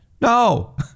No